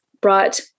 brought